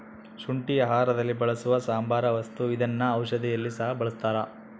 ಶುಂಠಿ ಆಹಾರದಲ್ಲಿ ಬಳಸುವ ಸಾಂಬಾರ ವಸ್ತು ಇದನ್ನ ಔಷಧಿಯಲ್ಲಿ ಸಹ ಬಳಸ್ತಾರ